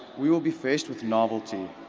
we will be faced with novelty.